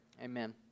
Amen